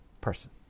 person